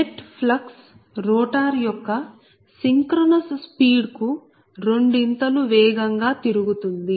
net flux rotor యొక్క synchronous speed కు రెండు ఇంతలు వేగంగా తిరుగుతుంది